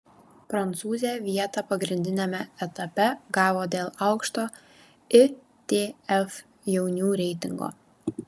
prancūzė vietą pagrindiniame etape gavo dėl aukšto itf jaunių reitingo